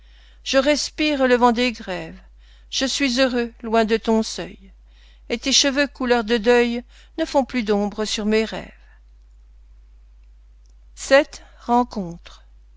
je respire le vent des grèves je suis heureux loin de ton seuil et tes cheveux couleur de deuil ne font plus d'ombre sur mes rêves vii rencontre